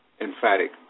emphatic